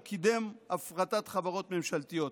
הוא קידם הפרטת חברות ממשלתיות.